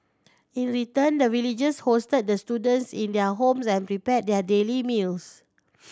in return the villagers hosted the students in their homes and prepared their daily meals